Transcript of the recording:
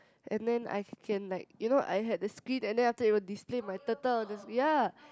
and then I can like you know I had a screen and then after it would display my turtle on this ya